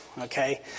Okay